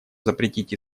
запретить